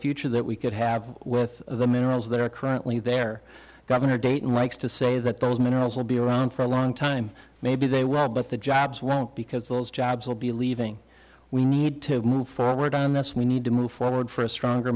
future that we could have with the minerals that are currently there governor dayton likes to say that those men are also be around for a long time maybe they will but the jobs won't because those jobs will be leaving we need to move forward and that's we need to move forward for a stronger